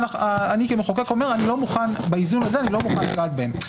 כספים שהמחוקק אומר שבאיזון הזה הוא לא מוכן לגעת בהם.